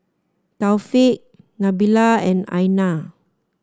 Taufik Nabila and Aina